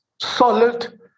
solid